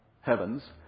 heavens